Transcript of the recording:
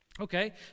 Okay